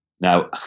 Now